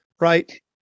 right